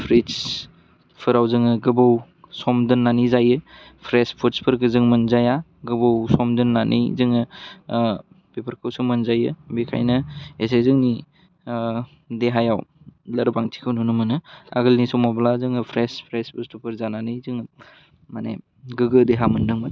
प्रिटस फोराव जोङो गोबाव सम दोन्नानै जायो प्रेस पुदसफोरखौ जोङो मोनजाया गोबाव सम दोन्नानै जोङो ओह बेफोरखौसो मोनजायो बेखायनो एसे जोंनि ओह देहायाव लोरबांथिखौ नुनो मोनो आगोलनि समावब्ला जोङो प्रेस प्रेस बुस्थुफोर जानानै जोङो मानि गोगो देहा मोनदोंमोन